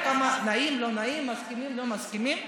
נעים, לא נעים, מסכימים, לא מסכימים,